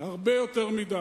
והרבה יותר מדי.